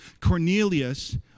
Cornelius